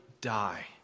die